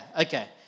Okay